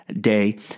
day